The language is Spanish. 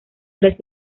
tres